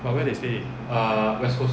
but where they stay